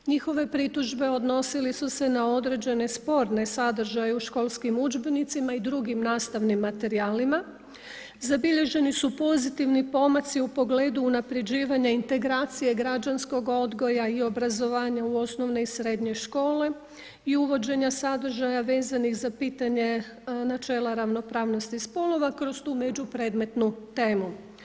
Njihove pritužbe odnosili su se na određene sporne sadržaje u školskim udžbenicima i drugim nastavnim materijalima, zabilježeni su pozitivni pomaci u pogledu unapređivanja integracije građanskog odgoja i obrazovanja u osnovne i srednje škole i uvođenja sadržaja vezanih za pitanje načela ravnopravnosti spolova kroz tu međupredmetnu temu.